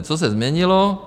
Co se změnilo?